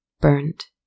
burnt